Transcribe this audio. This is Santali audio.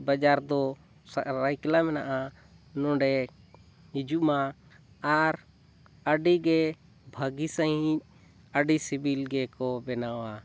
ᱵᱟᱡᱟᱨ ᱫᱚ ᱥᱚᱨᱟᱭᱠᱮᱞᱞᱟ ᱢᱮᱱᱟᱜᱼᱟ ᱱᱚᱰᱮ ᱦᱤᱡᱩᱜ ᱢᱟ ᱟᱨ ᱟᱹᱰᱤ ᱜᱮ ᱵᱷᱟᱹᱜᱤ ᱥᱟᱺᱦᱤᱡ ᱟᱹᱰᱤ ᱥᱤᱵᱤᱞ ᱜᱮᱠᱚ ᱵᱮᱱᱟᱣᱟ